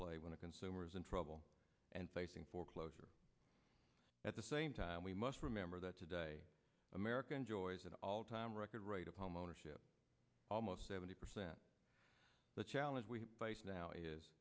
play when a consumer is in trouble and facing foreclosure at the same time we must remember that today america enjoys an all time record rate of home ownership almost seventy percent the challenge we face now is